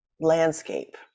landscape